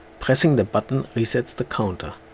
pressing the button resets the counter